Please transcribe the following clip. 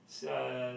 uh